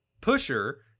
Pusher